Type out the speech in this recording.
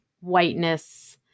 whiteness